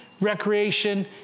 recreation